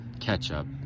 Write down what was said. ketchup